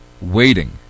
waiting